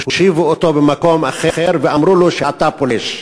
הושיבו אותו במקום אחר ואמרו לו: אתה פולש.